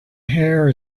hair